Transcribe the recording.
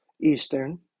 eastern